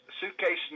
suitcase